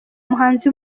umuhanzi